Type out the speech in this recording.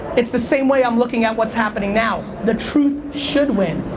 it's the same way i'm looking at what's happening now the truth should win.